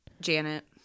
Janet